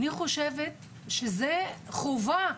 אני חושבת שזה חובה,